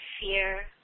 fear